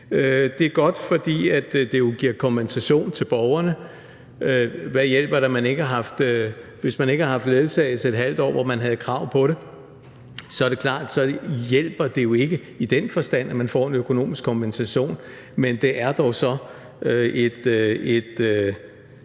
Det er godt, fordi det jo giver kompensation til borgerne. Hvad hjælper det, hvis man ikke har haft ledsagelse i et halvt år, hvor man havde krav på det? Så er det klart, at det jo ikke hjælper i den forstand, at man får en økonomisk kompensation, men det er dog et